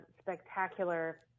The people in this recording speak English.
spectacular